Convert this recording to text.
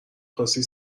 خواستی